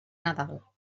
nadal